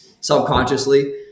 subconsciously